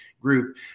group